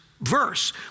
verse